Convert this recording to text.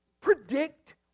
predict